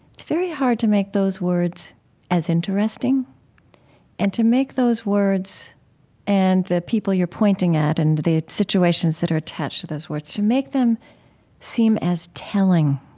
it's very hard to make those words as interesting and to make those words and the people you're pointing at and the situations that are attached to those words, to make them seem as telling,